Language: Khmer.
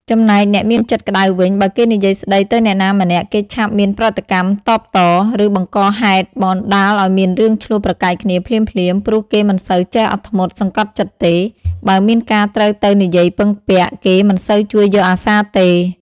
ចំណែកអ្នកមានចិត្តក្តៅវិញ បើគេនិយាយស្ដីទៅអ្នកណាម្នាក់ គេឆាប់មានប្រតិកម្មតបត ឫបង្កហេតុបណ្ដាលឲ្យមានរឿងឈ្លោះប្រកែកគ្នាភ្លាមៗ ព្រោះគេមិនសូវចេះអត់ធ្មត់ សង្កត់ចិត្តទេ បើមានការត្រូវទៅនិយាយពឹងពាក់ គេមិនសូវជួយយកអាសារទេ ។